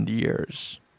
years